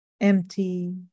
empty